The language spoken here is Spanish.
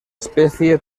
especie